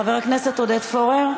חבר הכנסת עודד פורר,